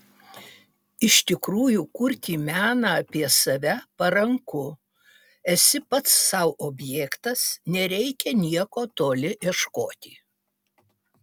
iš tikrųjų kurti meną apie save paranku esi pats sau objektas nereikia nieko toli ieškoti